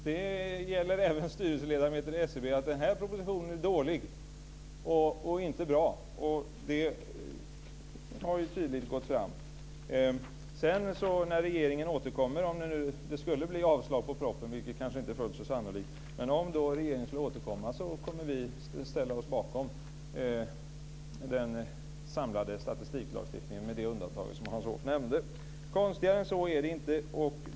Det gäller även styrelseledamöter i SCB. Den här propositionen är dålig och inte bra, och det har ju tydligt gått fram. Om det skulle bli avslag på propositionen, vilket kanske inte är fullt så sannolikt och regeringen återkommer, kommer vi att ställa oss bakom den samlade statistiklagstiftningen med det undantag som Hans Hoff nämnde. Konstigare än så är det inte.